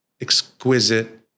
exquisite